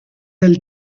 del